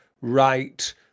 right